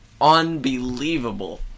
Unbelievable